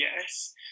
yes